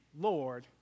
Lord